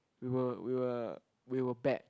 we were we were we were bad